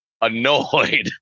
annoyed